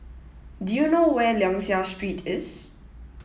do you know where Liang Seah Street is